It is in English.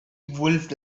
wolfed